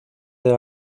del